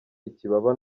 ikibaba